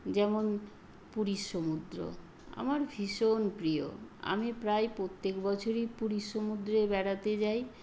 যেমন পুরীর সমুদ্র আমার ভীষণ প্রিয় আমি প্রায় প্রত্যেক বছরই পুরীর সমুদ্রে বেড়াতে যাই